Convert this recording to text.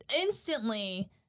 instantly